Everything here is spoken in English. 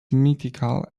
mythical